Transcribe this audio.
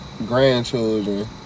Grandchildren